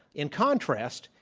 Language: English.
in contrast,